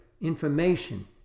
information